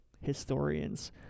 Historian's